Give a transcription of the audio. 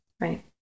right